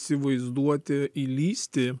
įsivaizduoti įlįsti